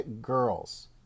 girls